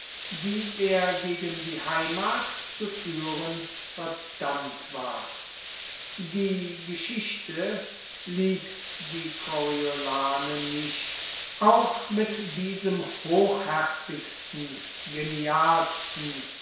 die er gegen die heimat zu führen verdammt war die geschichte liebt die coriolane nicht auch mit diesem hochherzigsten genialsten